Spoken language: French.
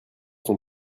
son